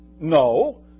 no